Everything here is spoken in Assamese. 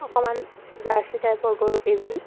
অকণমান জাৰ্চি টাইপৰ গৰুকেইজনী